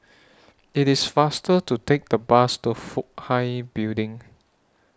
IT IS faster to Take The Bus to Fook Hai Building